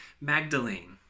Magdalene